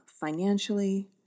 financially